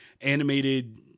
animated